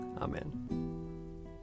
Amen